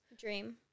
dream